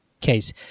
case